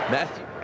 Matthew